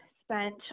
spent